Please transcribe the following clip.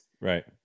Right